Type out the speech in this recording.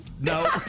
No